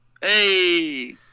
Hey